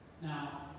Now